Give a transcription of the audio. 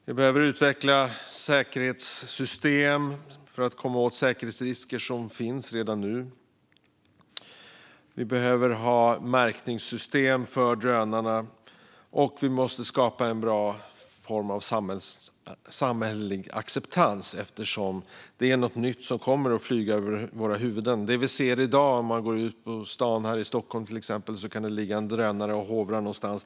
Vi behöver utveckla säkerhetssystem för att komma åt säkerhetsrisker som finns redan nu. Vi behöver ha märkningssystem för drönarna. Vi måste också skapa en bra form av samhällelig acceptans eftersom det är något nytt som kommer att flyga över våra huvuden. Om man går ut på stan i dag här i Stockholm, till exempel, kan det ligga en drönare och hovra någonstans.